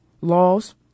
laws